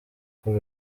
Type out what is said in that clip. kuri